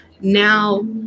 now